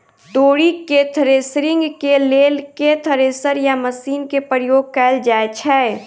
तोरी केँ थ्रेसरिंग केँ लेल केँ थ्रेसर या मशीन केँ प्रयोग कैल जाएँ छैय?